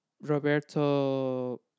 Roberto